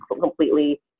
completely